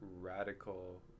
radical